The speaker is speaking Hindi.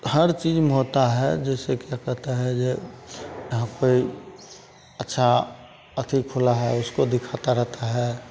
हर चीज में होता है जैसे ये क्या कहता जे अच्छा अथि खुला है उसको दिखाता रहता है